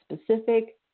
specific